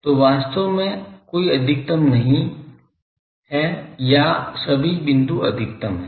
तो वास्तव में कोई अधिकतम नहीं है या सभी बिंदु अधिकतम हैं